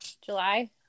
july